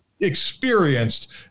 experienced